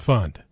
Fund